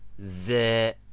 the